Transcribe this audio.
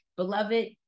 Beloved